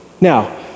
Now